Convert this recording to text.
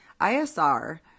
ISR